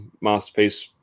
masterpiece